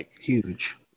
Huge